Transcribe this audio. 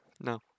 No